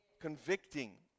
convicting